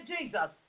Jesus